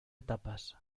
etapas